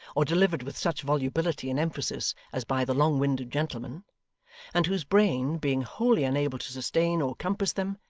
or delivered with such volubility and emphasis as by the long-winded gentleman and whose brain, being wholly unable to sustain or compass them,